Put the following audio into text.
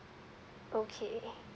okay